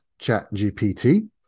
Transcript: ChatGPT